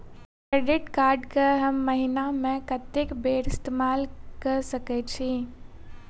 Credit card कऽ हम महीना मे कत्तेक बेर इस्तेमाल कऽ सकय छी?